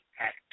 Act